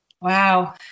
Wow